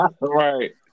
Right